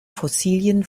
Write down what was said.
fossilien